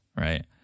right